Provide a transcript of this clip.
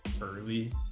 early